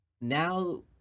now